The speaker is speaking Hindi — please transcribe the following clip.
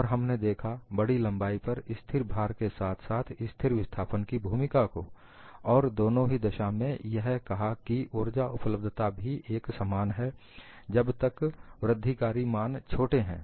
और हमने देखा बड़ी लंबाई पर स्थिर भार के साथ साथ स्थिर विस्थापन की भूमिका को और दोनों ही दशा में यह कहा कि उर्जा उपलब्धता भी एक समान है जब तक वृद्धिकारी मान छोटे हैं